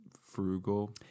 frugal